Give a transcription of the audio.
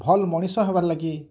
ଭଲ୍ ମଣିଷ ହେବାର୍ ଲାଗି